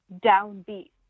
downbeat